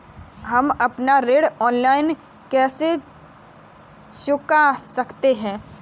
हम अपना ऋण ऑनलाइन कैसे चुका सकते हैं?